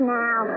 now